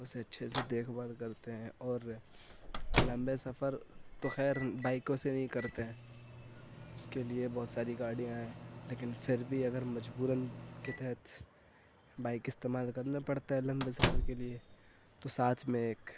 اسے اچھے سے دیکھ بھال کرتے ہیں اور لمبے سفر تو خیر بائیکوں سے نہیں کرتے اس کے لیے بہت ساری گاڑیاں ہیں لیکن پھر بھی اگر مجبوراً کے تحت بائیک استعمال کرنا پڑتا ہے لمبے سفر کے لیے تو ساتھ میں ایک